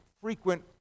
frequent